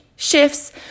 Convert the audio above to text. shifts